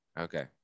Okay